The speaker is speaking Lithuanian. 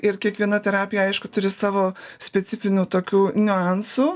ir kiekviena terapija aišku turi savo specifinių tokių niuansų